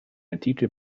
antike